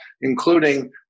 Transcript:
including